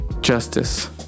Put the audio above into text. justice